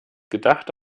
gedacht